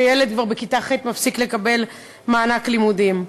שילד כבר בכיתה ח' מפסיק לקבל מענק לימודים.